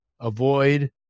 avoid